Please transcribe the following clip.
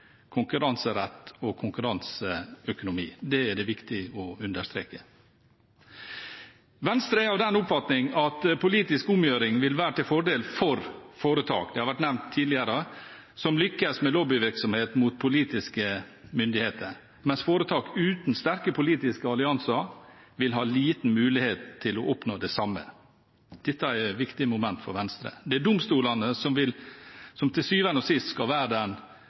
konkurranserett og konkurranseøkonomi. Det er det viktig å understreke. Venstre er av den oppfatning at politisk omgjøring vil være til fordel for foretak – det har vært nevnt tidligere – som lykkes med lobbyvirksomhet mot politiske myndigheter, mens foretak uten sterke politiske allianser vil ha liten mulighet til å oppnå det samme. Dette er et viktig moment for Venstre. Det er domstolene som til syvende og sist skal være den